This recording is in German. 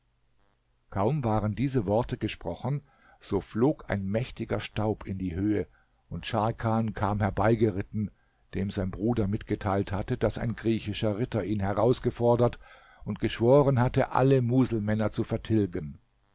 kaum waren diese worte gesprochen so flog ein mächtiger staub in die höhe und scharkan kam herbeigeritten dem sein bruder mitgeteilt hatte daß ein griechischer ritter ihn herausgefordert und geschworen hatte alle muselmänner zu vertilgen